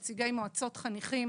נציגי מועצות חניכים